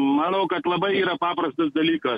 manau kad labai yra paprastas dalykas